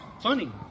funny